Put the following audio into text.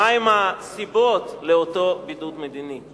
מהן הסיבות לאותו בידוד מדיני,